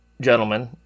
Gentlemen